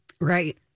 Right